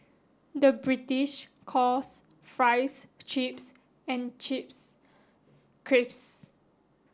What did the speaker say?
the British calls fries chips and chips crisps